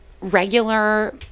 regular